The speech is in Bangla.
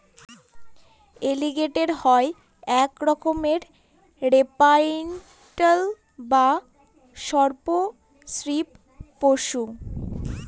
এলিগেটের হয় এক রকমের রেপ্টাইল বা সর্প শ্রীপ পশু